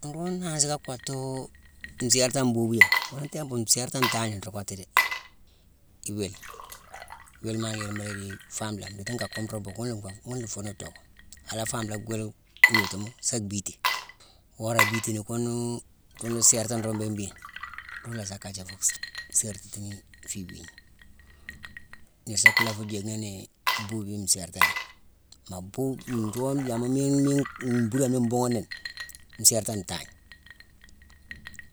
Nroog nruu nansi ka kottu nsértane mboobiyame, ghuna atimpu nsértane ntangne nruu kottu dé: iwile. Wile ma lé mu déye famelame. Ndithi nka kunrome buugh ghuna ghuna fune docké. A la famelé kile ngnotuma, sa bhiiti. Wora a biiti ni ghune, rune sértane rune béghine, runa asa kaji fu sértitine fu wiigne. Niir sa kula fu jicni ni boobiyone nsértaname. Maa boo-nroog yama miine miine mbuudane ni mbooghune ni: nsértane ntangne.